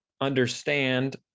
understand